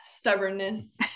stubbornness